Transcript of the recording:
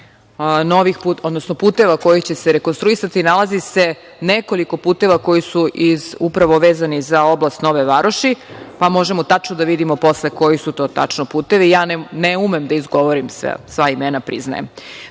puteva koji će se rekonstruisati. Nalazi se nekoliko puteva koji su upravo vezani za oblast Nove Varoši, pa možemo tačno da vidimo posle koji su to putevi. Ja ne umem da izgovorim sva imena, priznajem. Druga